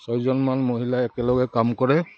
ছজনমান মহিলা একেলগে কাম কৰে